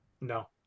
No